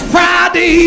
Friday